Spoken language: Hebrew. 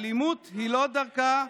אלימות היא לא דרכה"